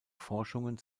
forschungen